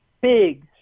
big